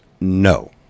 No